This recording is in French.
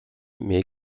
mais